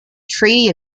treaty